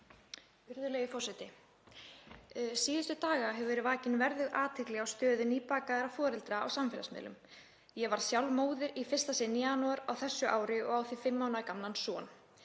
Virðulegi forseti. Síðustu daga hefur verið vakin verðug athygli á stöðu nýbakaðra foreldra á samfélagsmiðlum. Ég varð sjálf móðir í fyrsta sinn í janúar á þessu ári og á því fimm mánaða gamlan son.